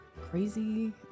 crazy